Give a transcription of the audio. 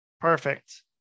perfect